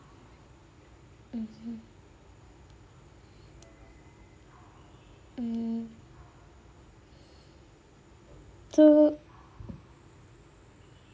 mmhmm mm so